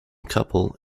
couple